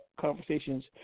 conversations